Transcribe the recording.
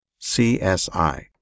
CSI